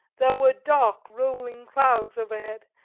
there were dark, rolling clouds overhead,